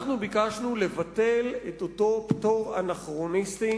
ביקשנו לבטל את אותו פטור אנכרוניסטי